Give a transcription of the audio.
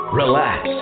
relax